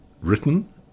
written